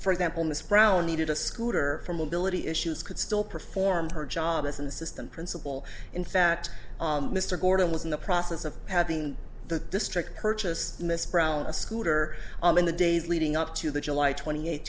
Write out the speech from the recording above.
for example miss brown needed a scooter for mobility issues could still perform her job as an assistant principal in fact mr gordon was in the process of having the district purchase miss brown a scooter in the days leading up to the july twenty eight